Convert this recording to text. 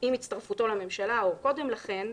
עם הצטרפותו לממשלה או קודם לכן,